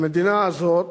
המדינה הזאת